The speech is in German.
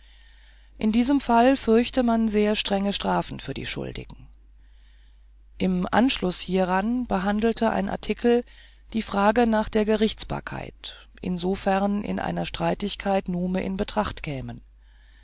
in diesem fall fürchte man sehr strenge strafen für die schuldigen im anschluß hieran behandelte ein artikel die frage nach der gerichtsbarkeit sofern in einer streitfrage nume in betracht kämen